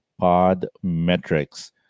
Podmetrics